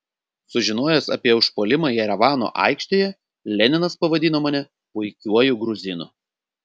sužinojęs apie užpuolimą jerevano aikštėje leninas pavadino mane puikiuoju gruzinu